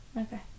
Okay